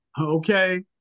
Okay